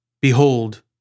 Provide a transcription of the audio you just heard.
Behold